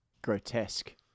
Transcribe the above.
grotesque